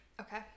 Okay